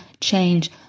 change